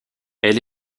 elle